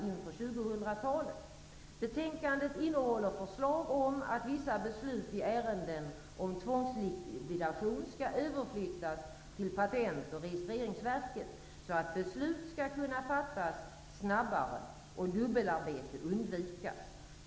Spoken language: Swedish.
Patent och registreringsverket, så att beslut skall kunna fattas snabbare och dubbelarbete undvikas.